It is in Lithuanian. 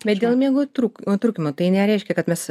bet dėl miego trūk trūkumo tai nereiškia kad mes